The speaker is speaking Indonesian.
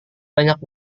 banyak